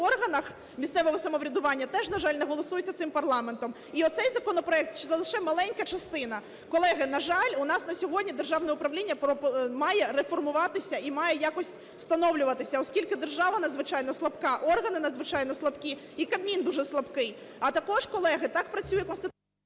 органах місцевого самоврядування теж, на жаль, не голосується цим парламентом. І оцей законопроект – це лише маленька частина. Колеги. На жаль, у нас на сьогодні державне управління має реформуватись і має якось встановлюватися. Оскільки держава надзвичайно слабка. Органи надзвичайно слабкі. І Кабмін дуже слабкий. А також, колеги, так працює… ГОЛОВУЮЧИЙ.